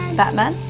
batman,